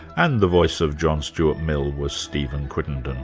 and the voice of john stuart mill was stephen crittenden.